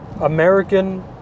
American